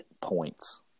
points